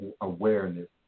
awareness